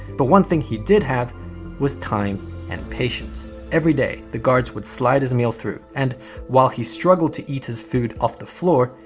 but one thing he did have was time and patience. every day the guards would slide his meal through. and while he struggled to eat his food off the floor,